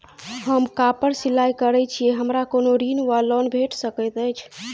हम कापड़ सिलाई करै छीयै हमरा कोनो ऋण वा लोन भेट सकैत अछि?